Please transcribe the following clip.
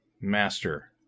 master